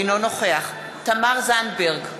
אינו נוכח תמר זנדברג,